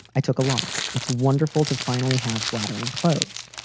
i took a lot. it's wonderful to finally have flattering clothes.